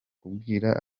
kubwira